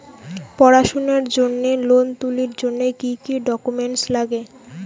পড়াশুনার জন্যে লোন তুলির জন্যে কি কি ডকুমেন্টস নাগে?